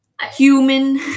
human